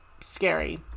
scary